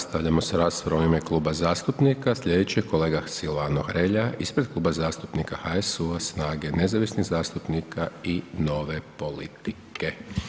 Nastavljamo s raspravom u ime kluba zastupnika, slijedeći je kolega Silvano Hrelja ispred Kluba zastupnika HSU-a, SNAGA-e, nezavisnih zastupnika i Nove politike.